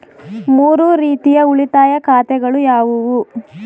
ಮೂರು ರೀತಿಯ ಉಳಿತಾಯ ಖಾತೆಗಳು ಯಾವುವು?